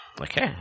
Okay